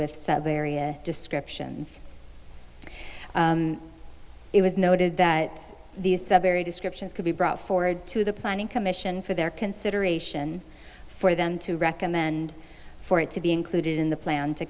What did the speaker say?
with the various descriptions it was noted that these very descriptions could be brought forward to the planning commission for their consideration for them to recommend for it to be included in the plan to